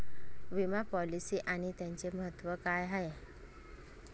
विमा पॉलिसी आणि त्याचे महत्व काय आहे?